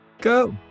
go